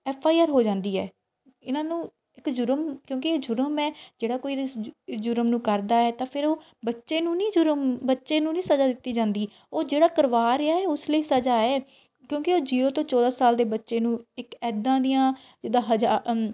F I R ਹੋ ਜਾਂਦੀ ਹੈ ਇਹਨਾਂ ਨੂੰ ਇੱਕ ਜੁਰਮ ਕਿਉਂਕਿ ਇਹ ਜੁਰਮ ਹੈ ਜਿਹੜਾ ਕੋਈ ਇਸ ਜੁਰਮ ਨੂੰ ਕਰਦਾ ਹੈ ਤਾਂ ਫਿਰ ਉਹ ਬੱਚੇ ਨੂੰ ਨਹੀਂ ਜੁਰਮ ਬੱਚੇ ਨੂੰ ਨਹੀਂ ਸਜ਼ਾ ਦਿੱਤੀ ਜਾਂਦੀ ਉਹ ਜਿਹੜਾ ਕਰਵਾ ਰਿਹਾ ਏ ਉਸ ਲਈ ਸਜ਼ਾ ਹੈ ਕਿਉਂਕਿ ਜੀਰੋ ਤੋਂ ਚੌਦ੍ਹਾਂ ਸਾਲ ਦੇ ਬੱਚੇ ਨੂੰ ਇੱਕ ਇੱਦਾਂ ਦੀਆਂ ਜਿੱਦਾਂ ਹਜਾਂ ਅਂ